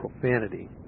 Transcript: profanity